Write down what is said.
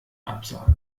absage